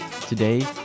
Today